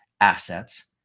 assets